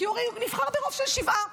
כי הרי הוא נבחר ברוב של חמישה.